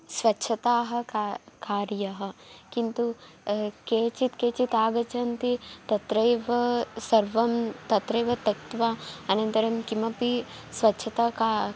स्वच्छताः का कार्यः किन्तु केचित् केचित् आगच्छन्ति तत्रैव सर्वं तत्रैव त्यक्त्वा अनन्तरं किमपि स्वच्छता का